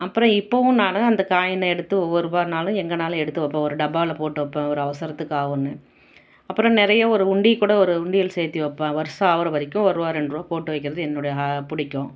அப்புறோம் இப்போவும் நான் அந்த காயினை எடுத்து ஒவ்வொருரூபானாலும் எங்கேனாலும் எடுத்து வைப்பேன் ஒரு டப்பாவில போட்டு வைப்பேன் ஒரு அவசரத்துக்கு ஆகுன்னு அப்புறோம் நிறை ஒரு உண்டி கூட ஒரு உண்டியல் சேர்த்தி வைப்பேன் வருஷோம் ஆகர வரைக்கும் ஒருரூவா ரெண்டுருவா போட்டு வைக்கறது என்னோட பிடிக்கும்